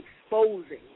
exposing